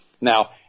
Now